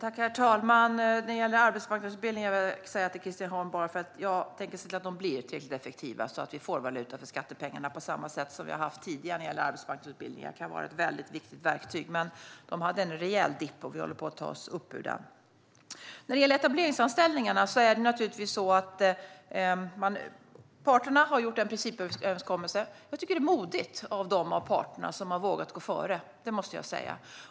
Herr talman! När det gäller arbetsmarknadsutbildningar vill jag säga till Christian Holm Barenfeld: Jag tänker se till att de blir tillräckligt effektiva så att vi får valuta för skattepengarna på samma sätt som tidigare när vi har haft arbetsmarknadsutbildningar. De kan vara ett viktigt verktyg. De hade en rejäl dipp, men vi håller på att ta oss upp ur den. När det gäller etableringsanställningarna har parterna gjort en principöverenskommelse. Jag tycker att det är modigt av de parter som har vågat gå före - det måste jag säga.